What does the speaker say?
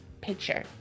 Picture